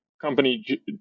company